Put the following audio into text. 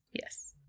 yes